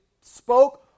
spoke